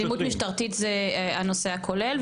אלימות משטרתית זה הנושא הכולל,